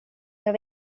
jag